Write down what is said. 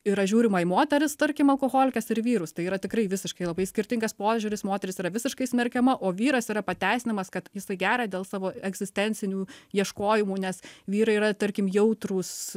yra žiūrima į moteris tarkim alkoholikes ir vyrus tai yra tikrai visiškai labai skirtingas požiūris moteris yra visiškai smerkiama o vyras yra pateisinamas kad jisai geria dėl savo egzistencinių ieškojimų nes vyrai yra tarkim jautrūs